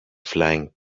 flying